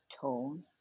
tone